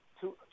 Two